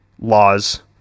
laws